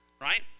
Right